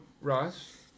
Ross